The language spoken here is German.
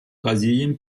brasilien